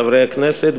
חברי הכנסת,